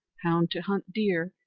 hound to hunt deer,